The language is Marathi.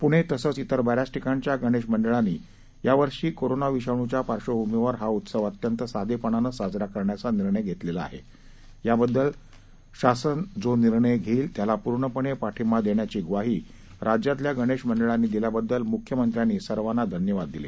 पूणे तसंच विर बऱ्याच ठिकाणच्या गणेश मंडळांनी यावर्षी कोरोना विषाणूच्या पार्श्वभूमीवर हा उत्सव अत्यंत साधेपणानं साजरा करायचा निर्णय घेतलेला आहे याबद्दल तसंच शासन जो निर्णय घेईल त्याला पूर्णपणे पाठिंबा देण्याची ग्वाही राज्यातल्या गणेश मंडळांनी दिल्याबद्दल मुख्यमंत्र्यांनी सर्वांना धन्यवाद दिले